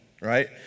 right